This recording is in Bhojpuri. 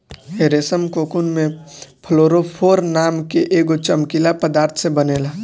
रेशम कोकून में फ्लोरोफोर नाम के एगो चमकीला पदार्थ से बनेला